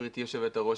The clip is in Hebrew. גברתי היושבת-ראש,